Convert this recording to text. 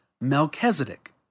Melchizedek